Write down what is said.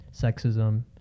sexism